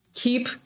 Keep